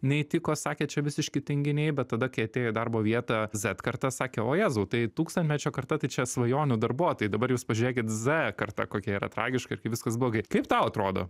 neįtiko sakė čia visiški tinginiai bet tada kai atėjo į darbo vietą zet kartą sakė o jėzau tai tūkstantmečio karta tai čia svajonių darbuotojai dabar jūs pažiūrėkit z karta kokia yra tragiška ir kaip viskas blogai kaip tau atrodo